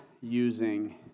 using